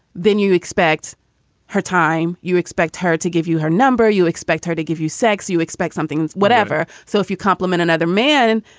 then you expect her time. you expect her to give you her number. you expect her to give you sex. you expect something, whatever. so if you compliment another man,